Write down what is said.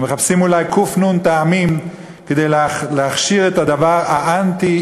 הם מחפשים אולי ק"ן טעמים כדי להכשיר את הדבר האנטי,